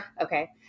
Okay